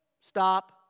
stop